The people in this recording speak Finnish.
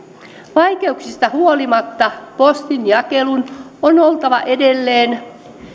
vaikeuksista huolimatta postinjakelun on oltava edelleen